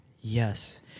Yes